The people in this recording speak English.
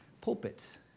pulpits